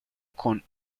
con